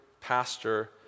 pastor